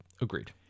Agreed